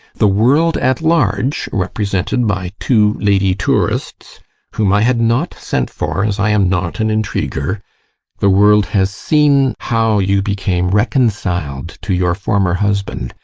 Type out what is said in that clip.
the world at large, represented by two lady tourists whom i had not sent for, as i am not an intriguer the world has seen how you became reconciled to your former husband,